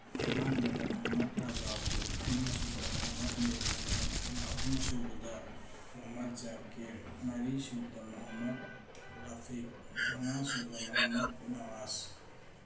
ꯑꯍꯥꯟꯕꯗ ꯃꯣꯍꯃꯠ ꯔꯖꯥꯎꯗꯤꯟ ꯑꯅꯤ ꯁꯨꯕꯗ ꯃꯣꯍꯃꯠ ꯅꯨꯔ ꯃꯣꯍꯃꯠ ꯑꯍꯨꯝ ꯁꯨꯕꯗ ꯃꯣꯍꯃꯠ ꯖꯔꯀꯤꯔ ꯃꯔꯤ ꯁꯨꯕꯗ ꯃꯣꯍꯃꯠ ꯔꯥꯄꯤꯛ ꯃꯉꯥ ꯁꯨꯕ ꯃꯣꯍꯃꯠ ꯅꯋꯥꯁ